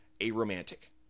A-Romantic